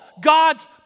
God's